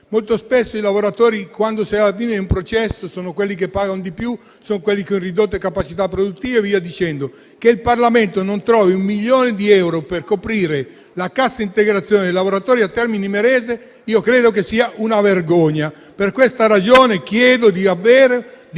ieri, che i lavoratori, quando si è alla fine di un processo, sono quelli che pagano di più, soprattutto quelli con ridotte capacità produttive. Che il Parlamento non trovi un milione di euro per coprire la cassa integrazione dei lavoratori di Termini Imerese credo che sia una vergogna e per questa ragione chiedo di approvare